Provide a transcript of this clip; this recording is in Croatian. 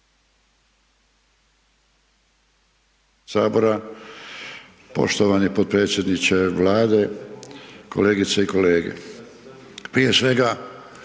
sabora, poštovani potpredsjedniče Vlade, kolegice i kolege, prije svega